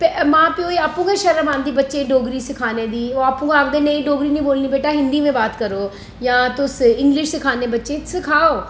मां प्यो गी आपूं गै शर्म आंदी बच्चे गी डोगरी सखाने दी आपूं गै आखदे बेटा डोगरी नेईं बोलनी हिंदी में बात करो जां तुस इंगलिश सिखांदे बच्चे गी सखाओ